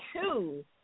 two